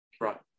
Right